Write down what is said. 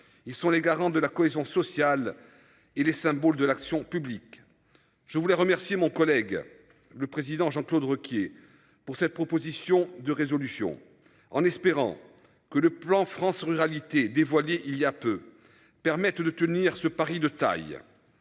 ils sont les garants de la cohésion sociale et les symboles de l'action publique. Je voulais remercier mon collègue. Le président Jean-Claude Requier pour cette proposition de résolution en espérant que le plan France ruralité dévoilé il y a peu permettent de tenir ce pari de taille.